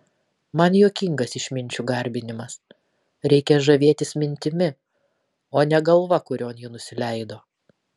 man juokingas išminčių garbinimas reikia žavėtis mintimi o ne galva kurion ji nusileido